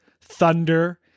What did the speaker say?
Thunder